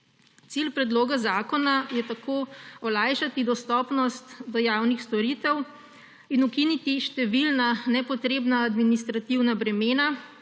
Cilj predloga zakona je tako olajšati dostopnost do javnih storitev in ukiniti številna nepotrebna administrativna bremena,